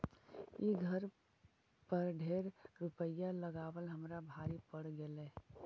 ई घर पर ढेर रूपईया लगाबल हमरा भारी पड़ गेल